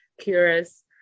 curious